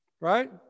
right